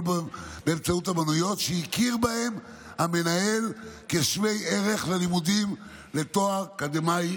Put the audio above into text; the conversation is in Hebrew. באמצעות אומנויות שהכיר בהם המנהל כשווה ערך ללימודים לתואר אקדמי,